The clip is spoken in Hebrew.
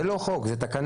זה לא חוק, זאת תקנה.